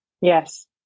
Yes